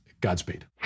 Godspeed